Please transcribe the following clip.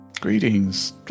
Greetings